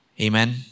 Amen